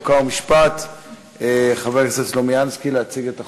חוק ומשפט חבר הכנסת סלומינסקי להציג את החוק.